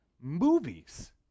movies